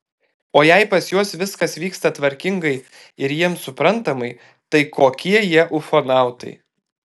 o jei pas juos viskas vyksta tvarkingai ir jiems suprantamai tai kokie jie ufonautai